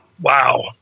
Wow